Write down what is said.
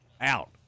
Out